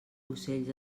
ocells